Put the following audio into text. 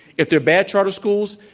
if they're bad charter schools,